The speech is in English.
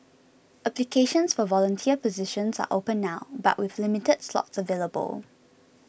applications for volunteer positions are open now but with limited slots available